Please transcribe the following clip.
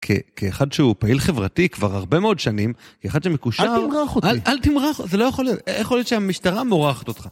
כאחד שהוא פעיל חברתי כבר הרבה מאוד שנים, כאחד שמקושר... אל תמרח אותי. אל תמרח, זה לא יכול להיות. איך יכול להיות שהמשטרה מורחת אותך?